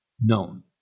known